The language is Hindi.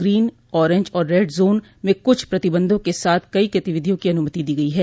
ग्रीन औरेंज और रेड जोन में कुछ प्रतिबंधों के साथ कई गतिविधियों की अनुमति दी गई है